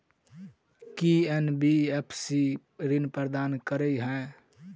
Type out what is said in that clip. की NBFC ऋण प्रदान करे है?